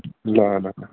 ल ल ल